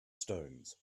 stones